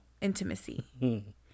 intimacy